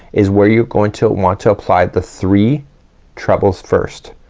is where you're going to want to apply the three trebles first.